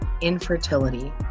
infertility